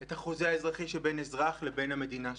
את החוזה האזרחי שבין אזרח לבין המדינה שלו.